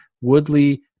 Woodley